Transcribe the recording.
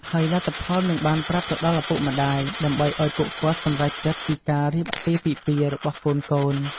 ហើយលទ្ធផលនឹងបានប្រាប់ទៅដល់ឪពុកម្តាយ ដើម្បីឲ្យពួកគាត់សម្រេចចិត្តពីការរៀបអាពាហ៍ពិពាហ៍របស់កូនៗ។